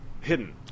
hidden